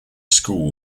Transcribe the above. school